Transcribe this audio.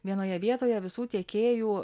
vienoje vietoje visų tiekėjų